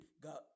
God